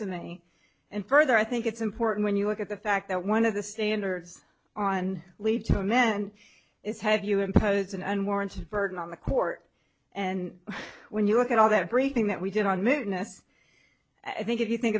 to me and further i think it's important when you look at the fact that one of the standards on lead to command is have you impose an unwarranted burden on the court and when you look at all that breaking that we did on midnights i think if you think